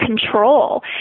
control